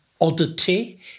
oddity